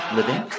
Living